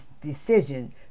decision